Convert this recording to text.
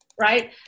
right